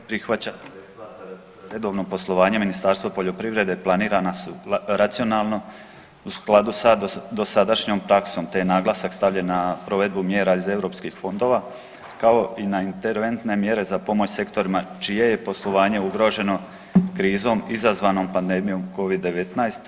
ne prihvaća …/nerazumljivo/… redovno poslovanje Ministarstva poljoprivrede planirana su racionalno u skladu sa dosadašnjom praksom te je naglasak stavljen na provedbu mjera iz EU fondova kao i na interventne mjere za pomoć sektorima čije je poslovanje ugroženo krizom izazvanom pandemijom Covid-19.